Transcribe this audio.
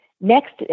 Next